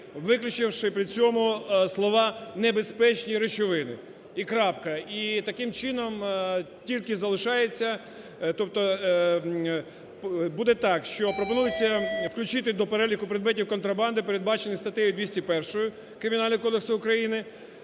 виключивши при цьому слова: "небезпечні речовини" і крапка. І таким чином тільки залишається, тобто буде так, що пропонується включити до переліку предметів контрабанди, передбачені статтею 201 Кримінального кодексу України,